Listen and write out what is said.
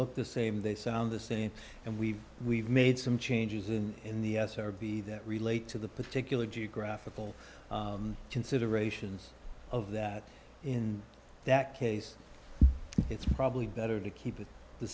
look the same they sound the same and we've we've made some changes in in the s r b that relate to the particular geographical considerations of that in that case it's probably better to keep it the